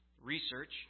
research